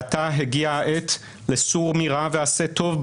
ועתה הגיעה העת לסור מרע ועשה טוב,